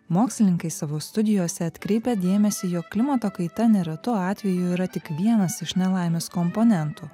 mokslininkai savo studijose atkreipia dėmesį jog klimato kaita neretu atveju yra tik vienas iš nelaimės komponentų